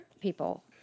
people